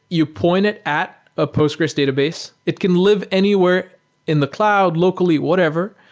you point it at ah postgres database. it can live anywhere in the cloud, locally, whatever.